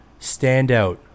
standout